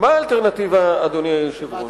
מה האלטרנטיבה, אדוני היושב-ראש?